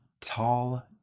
tall